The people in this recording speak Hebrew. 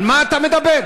על מה אתה מדבר?